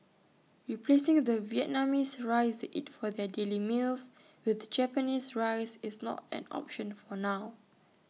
replacing the Vietnamese rice they eat for their daily meals with Japanese rice is not an option for now